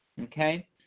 Okay